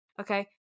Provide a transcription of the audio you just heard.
okay